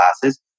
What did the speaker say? classes